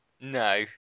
No